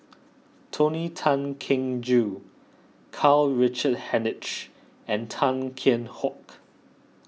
Tony Tan Keng Joo Karl Richard Hanitsch and Tan Kheam Hock